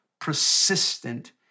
persistent